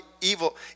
evil